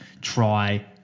try